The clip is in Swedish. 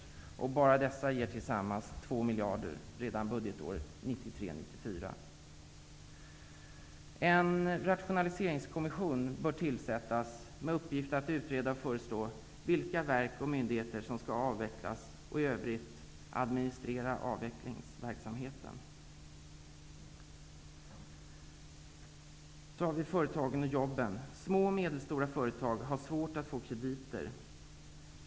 Våra förslag när det gäller detta ger tillsammans 2 miljarder redan budgetåret En rationaliseringskommission bör tillsättas, med uppgift att utreda och föreslå vilka verk och myndigheter som skall avvecklas och att i övrigt administrera avvecklingsverksamheten. Företagen och jobben: Små och medelstora företag har svårt att få krediter.